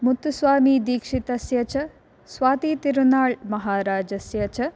मुत्तुस्वामीदीक्षितस्य च स्वातीतिरुनाळ् महाराजस्य च